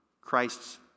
Christ's